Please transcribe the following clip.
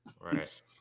Right